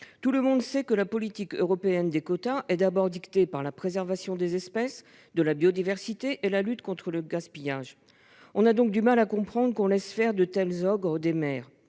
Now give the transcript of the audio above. Tout le monde sait que la politique européenne des quotas est d'abord dictée par la préservation des espèces et de la biodiversité et par la lutte contre le gaspillage. Il est donc difficile de comprendre qu'on laisse faire de tels « ogres des mers